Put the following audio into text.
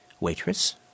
waitress